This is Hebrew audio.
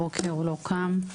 הוא לא קם בבוקר.